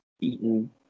eaten